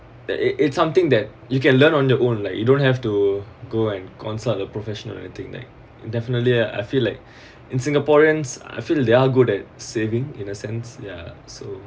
it it something that you can learn on your own like you don't have to go and consult a professional anything like definitely I I feel like in singaporeans I feel they are good at saving in a sense ya so